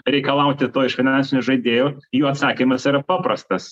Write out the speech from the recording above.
reikalauti to iš finansinių žaidėjų jų atsakymas yra paprastas